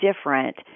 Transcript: different